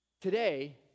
Today